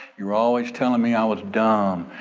you're always telling me i was dumb.